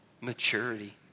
maturity